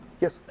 Yes